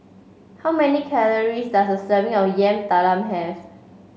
how many calories does a serving of Yam Talam have